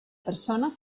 persona